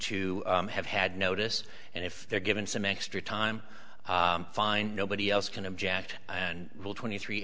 to have had notice and if they're given some extra time fine nobody else can object and will twenty three